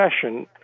session